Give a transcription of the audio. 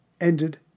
ended